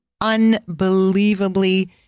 unbelievably